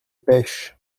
pêchent